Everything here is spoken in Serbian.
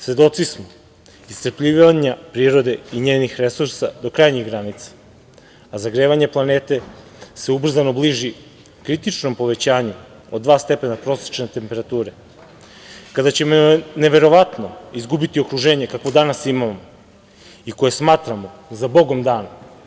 Svedoci smo iscrpljivanja prirode i njenih resursa do krajnjih granica, a zagrevanje planete se ubrzano bliži kritičnom povećanju od 2% prosečne temperature kada ćemo verovatno izgubiti okruženje kakvo danas imamo i koje smatramo za Bogom dano.